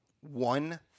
One